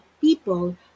people